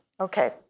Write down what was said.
Okay